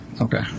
Okay